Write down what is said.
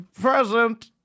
present